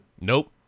Nope